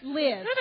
live